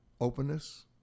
openness